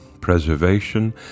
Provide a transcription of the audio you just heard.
preservation